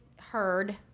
heard